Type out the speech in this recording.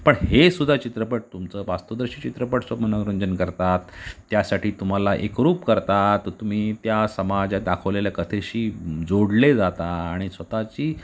पण हेसुद्धा चित्रपट तुमचं वास्तवदर्शी चित्रपट सु मनोरंजन करतात त्यासाठी तुम्हाला एकरूप करतात तुम्ही त्या समाजात दाखवलेल्या कथेशी जोडले जाता आणि स्वतःची